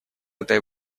этой